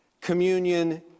communion